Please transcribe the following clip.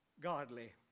godly